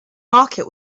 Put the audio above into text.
market